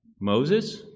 Moses